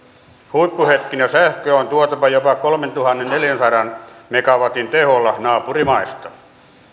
huippuhetkinä sähköä on tuotava jopa kolmentuhannenneljänsadan megawatin teholla naapurimaista